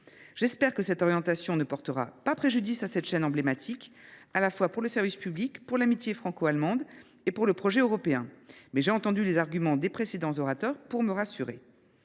J’espère que cette orientation ne portera pas préjudice à cette chaîne emblématique à la fois pour le service public, pour l’amitié franco allemande et pour le projet européen. Les arguments des précédents orateurs m’ont rassurée.